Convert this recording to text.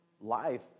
life